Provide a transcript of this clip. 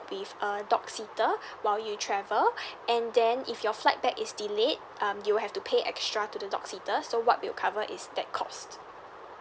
with a dog seater while you travel and then if your flight back is delayed um you'll have to pay extra to the dog seater so what we will cover is that cost